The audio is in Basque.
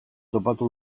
topatu